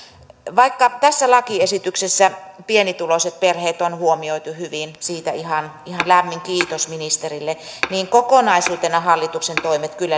vaikka tässä lakiesityksessä pienituloiset perheet on huomioitu hyvin siitä ihan lämmin kiitos ministerille niin kokonaisuutena hallituksen toimet kyllä